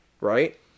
right